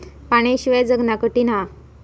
पाण्याशिवाय जगना कठीन हा